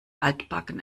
altbacken